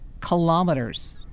kilometers